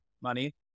money